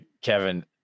Kevin